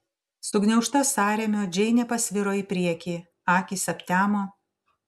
sugniaužta sąrėmio džeinė pasviro į priekį akys aptemo